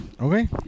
okay